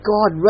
God